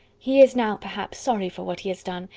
he is now, perhaps, sorry for what he has done,